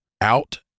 out